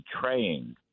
betraying